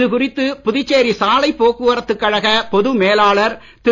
இது குறித்து புதுச்சேரி சாலைப் போக்குவரத்துக் கழக பொது மேலாளர் திரு